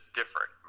different